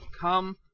come